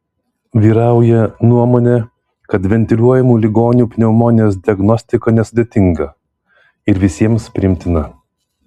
vyrauja nuomonė kad ventiliuojamų ligonių pneumonijos diagnostika nesudėtinga ir visiems priimtina